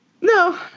No